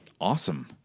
awesome